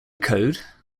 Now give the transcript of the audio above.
code